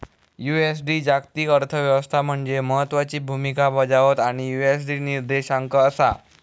USD जागतिक अर्थ व्यवस्था मध्ये महत्त्वाची भूमिका बजावता आणि यु.एस.डी निर्देशांक असा